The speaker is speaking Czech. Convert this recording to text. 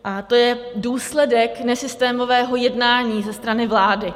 A to je důsledek nesystémového jednání ze strany vlády.